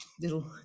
little